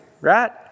Right